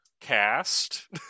cast